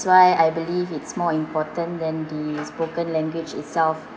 why I believe it's more important than the spoken language itself